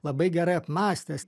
labai gerai apmąstęs